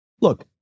Look